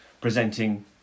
presenting